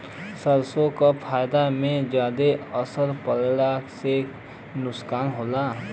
सरसों के फसल मे ज्यादा ओस पड़ले से का नुकसान होला?